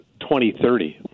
2030